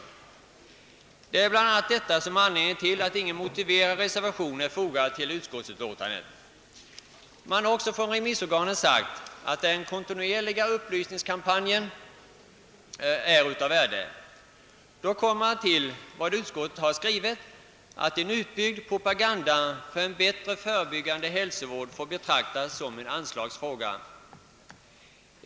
Det är bl.a. denna uppfattning hos remissorganen som är anledningen till att ingen motiverad reservation har fogats till utskottsutlåtandet. Remissorganen har emellertid också sagt, att den kontinuerliga upplysningskampanjen är av värde. Utskottet skriver att en utbyggd propaganda för en bättre förebyggande hälsovård får betraktas som en anslagsfråga.